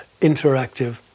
interactive